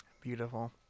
Beautiful